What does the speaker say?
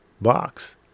box